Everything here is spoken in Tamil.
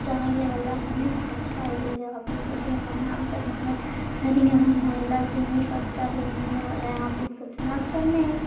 ட்ராயிங்கில் எல்லாத்துலேயுமே ஃபஸ்ட்டாக இரு அப்படின்னு சொல்லிட்டு எங்கள் மேம் சொன்னாங்க சரிங்க மேம் நான் எல்லாத்துலேயுமே ஃபஸ்ட்டாகவே இனிமேல் வரேன் அப்படின்னு சொல்லிட்டு நான் சொன்னேன்